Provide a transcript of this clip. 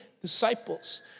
disciples